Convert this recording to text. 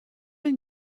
been